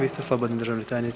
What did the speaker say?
Vi ste slobodni, državni tajniče.